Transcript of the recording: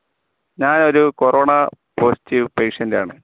ഞാൻ ഒരു corona positive patient ആണ്